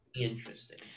interesting